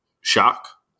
shock